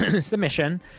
submission